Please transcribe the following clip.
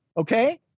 Okay